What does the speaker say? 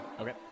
Okay